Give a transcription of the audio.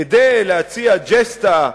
כדי להציע ג'סטה,